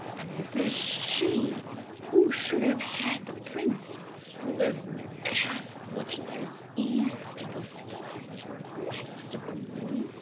and this is she who should have had the prince who lives in the castle which lies east of the sun and west of the moon.